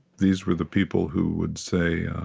these were the people who would say,